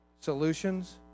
solutions